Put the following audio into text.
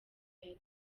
airtel